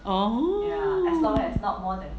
oh